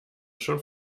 schon